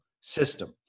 system